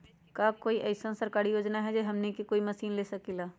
का कोई अइसन सरकारी योजना है जै से हमनी कोई मशीन ले सकीं ला?